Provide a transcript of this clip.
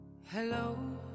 Hello